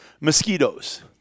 Mosquitoes